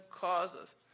causes